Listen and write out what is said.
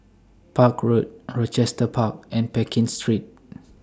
Park Road Rochester Park and Pekin Street